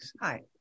Hi